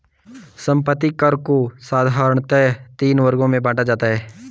संपत्ति कर को साधारणतया तीन वर्गों में बांटा जाता है